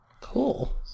Cool